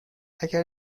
اگر